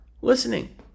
listening